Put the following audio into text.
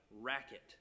racket